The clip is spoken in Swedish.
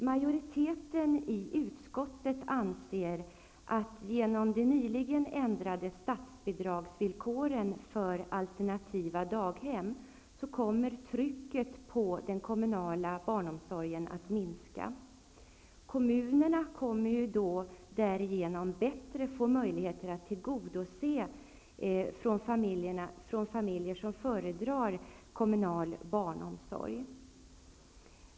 Majoriteten i utskottet anser att trycket på den kommunala barnomsorgen kommer att minska genom de nyligen ändrade statsbidragsvillkoren för alternativa daghem. Kommunerna får därigenom bättre möjligheter att tillgodose efterfrågan från familjer som föredrar kommunal barnomsorg.